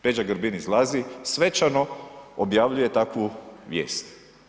Peđa Grbin izlazi svečano objavljuje takvu vijest.